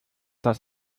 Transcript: das